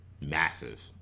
massive